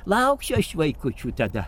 lauksiu aš vaikučių tada